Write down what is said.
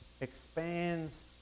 expands